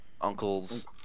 uncle's